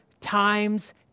times